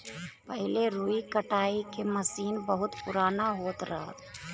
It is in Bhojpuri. पहिले रुई कटाई के मसीन बहुत पुराना होत रहल